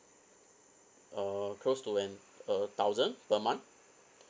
uh close to an a thousand per month